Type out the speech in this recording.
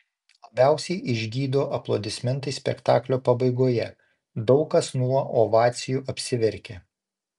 labiausiai išgydo aplodismentai spektaklio pabaigoje daug kas nuo ovacijų apsiverkia